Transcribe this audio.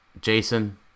Jason